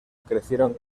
crecieron